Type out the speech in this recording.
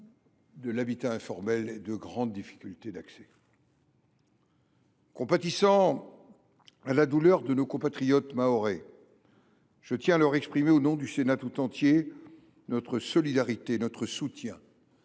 de l’habitat informel et des grandes difficultés d’accès. Compatissant à la douleur de nos compatriotes mahorais, je tiens à leur exprimer au nom du Sénat tout entier notre solidarité et notre soutien,